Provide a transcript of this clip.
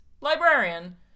librarian